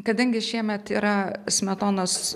kadangi šiemet yra smetonos